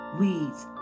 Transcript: weeds